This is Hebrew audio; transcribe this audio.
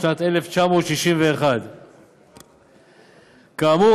בשנת 1961. כאמור,